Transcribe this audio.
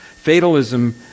Fatalism